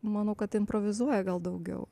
manau kad improvizuoja gal daugiau